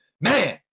man